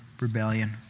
rebellion